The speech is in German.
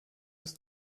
ist